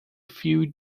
few